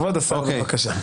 כבוד השר, בבקשה.